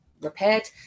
repaired